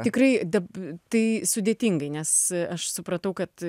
tikrai tai sudėtingai nes aš supratau kad